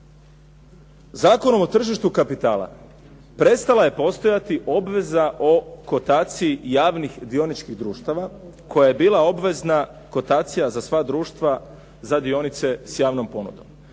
Zakonom o tržištu kapitala prestala je postojati obveza o kotaciji javnih dioničkih društava koja je bila obvezna kotacija za sva društva za dionice s javnom ponudom.